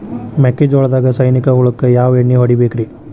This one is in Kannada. ಮೆಕ್ಕಿಜೋಳದಾಗ ಸೈನಿಕ ಹುಳಕ್ಕ ಯಾವ ಎಣ್ಣಿ ಹೊಡಿಬೇಕ್ರೇ?